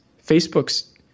Facebook's